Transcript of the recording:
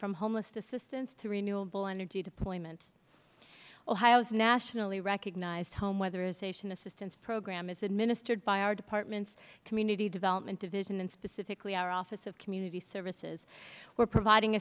from homeless assistance to renewable energy deployment ohio's nationally recognized home weatherization assistance program is administered by our department's community development division and specifically our office of community services we are providing